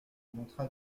montra